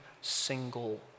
single